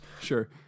Sure